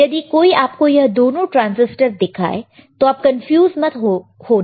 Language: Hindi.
यदि कोई आपको यह दोनों ट्रांसिस्टर दिखाएं तो आप कंफ्यूज मत होना